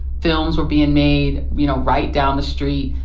films were bein' made, you know, right down the street.